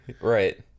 Right